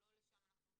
לא לשם אנחנו מכוונים.